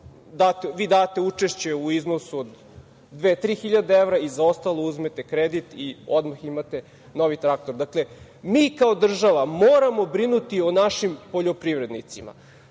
date učešće u iznosu od 2-3 hiljade evra, za ostalo uzmete kredit i odmah imate novi traktor. Dakle, mi kao država moramo brinuti o našim poljoprivrednicima.